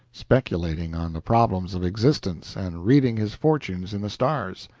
speculating on the problems of existence and reading his fortunes in the stars.